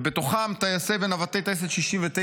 ובתוכם טייסי ונווטי טייסת 69,